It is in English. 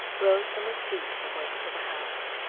rose from his seat and went into the house.